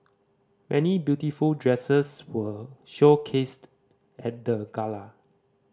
many beautiful dresses were showcased at the gala